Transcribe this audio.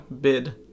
bid